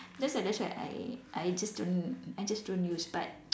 that's why that's why I I just don't I just don't use but